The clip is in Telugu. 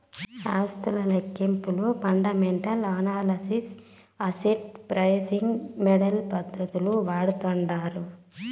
ఆస్తుల లెక్కింపులో fundamental analysis, asset pricing model పద్దతులు వాడతాండారు